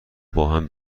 باهم